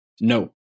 No